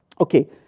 Okay